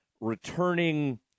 Returning